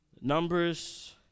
numbers